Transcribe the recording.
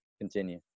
continue